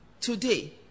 today